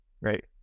right